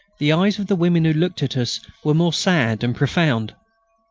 the eyes of the women who looked at us were more sad and profound.